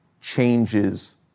changes